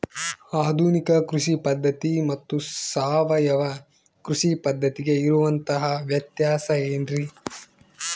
ಆಧುನಿಕ ಕೃಷಿ ಪದ್ಧತಿ ಮತ್ತು ಸಾವಯವ ಕೃಷಿ ಪದ್ಧತಿಗೆ ಇರುವಂತಂಹ ವ್ಯತ್ಯಾಸ ಏನ್ರಿ?